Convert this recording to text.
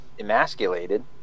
emasculated